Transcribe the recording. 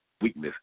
weakness